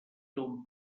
ton